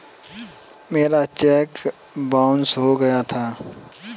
मेरा cheque bounce हो गया था